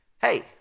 Hey